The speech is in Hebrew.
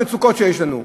המצוקות שיש לנו.